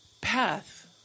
path